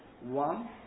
One